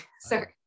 sorry